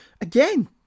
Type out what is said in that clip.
again